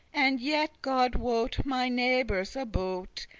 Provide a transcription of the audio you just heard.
and yet, god wot, my neighebours about,